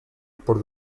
por